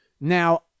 Now